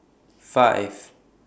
five